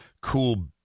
cool